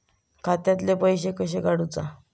खात्यातले पैसे कशे काडूचा?